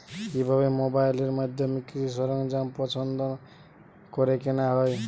কিভাবে মোবাইলের মাধ্যমে কৃষি সরঞ্জাম পছন্দ করে কেনা হয়?